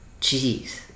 Jeez